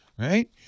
Right